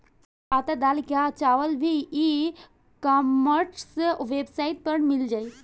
अब आटा, दाल या चाउर भी ई कॉमर्स वेबसाइट पर मिल जाइ